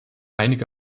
einige